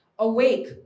Awake